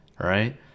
right